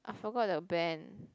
I forgot the band